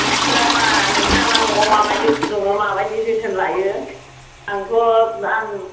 नोंस्राबा नोंस्राबा न'आव माबादि फुदुङो माबादि जोथोन लायो आंथ' आं